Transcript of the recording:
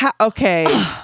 okay